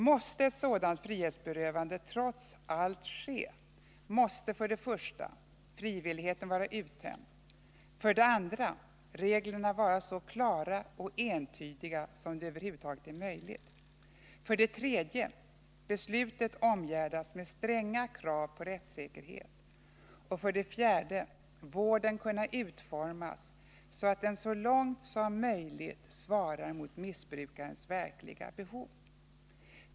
Måste ett sådant frihetsberövande trots allt ske, måste 2. reglerna vara så klara och entydiga som det över huvud taget är möjligt, 3. beslutet omgärdas med stränga krav på rättssäkerhet och 4. vården kunna utformas så, att den så långt som möjligt svarar mot missbrukarens verkliga behov.